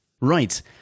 Right